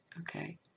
okay